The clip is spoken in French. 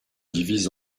divise